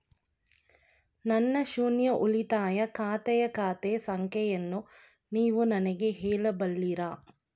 ನನ್ನ ಶೂನ್ಯ ಉಳಿತಾಯ ಖಾತೆಯ ಖಾತೆ ಸಂಖ್ಯೆಯನ್ನು ನೀವು ನನಗೆ ಹೇಳಬಲ್ಲಿರಾ?